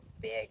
big